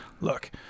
look